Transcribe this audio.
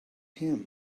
him